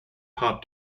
hot